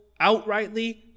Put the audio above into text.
outrightly